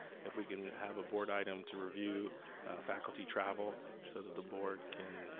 if we can have a board item to review faculty travel, so that the board can